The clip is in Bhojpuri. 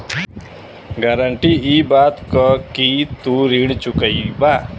गारंटी इ बात क कि तू ऋण चुकइबा